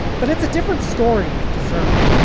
but it's a different story with desert